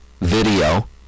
video